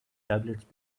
tablets